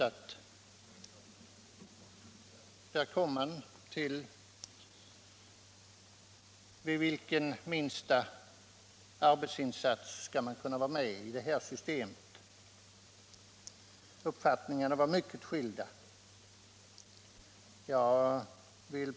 Då uppkom frågan vilken minsta arbetsinsats som krävs för att man skall få vara med i det här systemet. Uppfattningarna var mycket skilda.